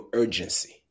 urgency